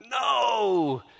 No